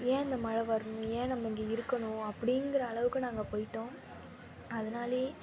ஏன் இந்த மழை வரணும் ஏன் நம்ம இங்கே இருக்கணும் அப்டிங்கிற அளவுக்கு நாங்கள் போய்ட்டோம் அதனாலே